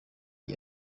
iyi